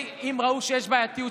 אם ראו שיש בעייתיות,